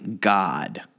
God